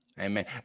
Amen